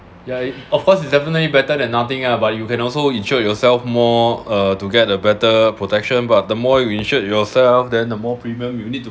ya it of course it's definitely better than nothing ah but you can also insured yourself more uh to get a better protection but the more you insured yourself then the more premium you need to